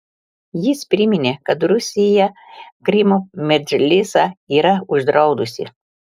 jis priminė kad rusija krymo medžlisą yra uždraudusi